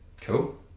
Cool